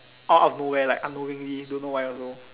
out of nowhere like unknowingly don't know why also